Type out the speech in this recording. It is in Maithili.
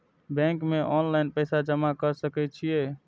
बैंक में ऑनलाईन पैसा जमा कर सके छीये?